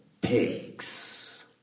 pigs